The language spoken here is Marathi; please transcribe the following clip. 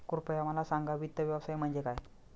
कृपया मला सांगा वित्त व्यवसाय म्हणजे काय?